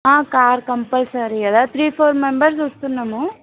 car compulsory కదా three four members వస్తున్నాము